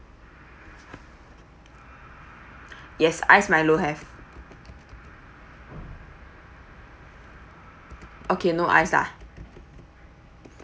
yes ice milo have okay no ice lah